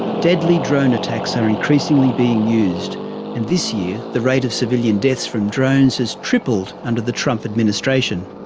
deadly drone attacks are increasingly being used, and this year the rate of civilian deaths from drones has tripled under the trump administration.